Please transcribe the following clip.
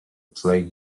play